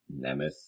Nemeth